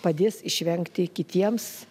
padės išvengti kitiems